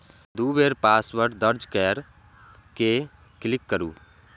दू बेर पासवर्ड दर्ज कैर के क्लिक करू